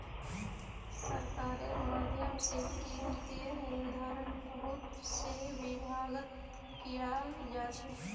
सरकारेर माध्यम से कीमतेर निर्धारण बहुत से विभागत कियाल जा छे